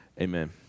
amen